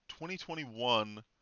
2021